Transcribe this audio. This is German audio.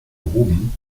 gehoben